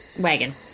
Wagon